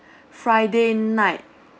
friday night